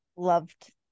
loved